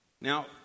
Now